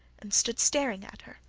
and stood staring at her.